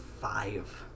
five